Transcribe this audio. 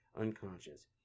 unconscious